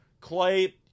Clay